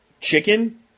chicken